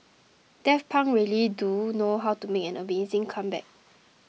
Daft Punk really do know how to make an amazing comeback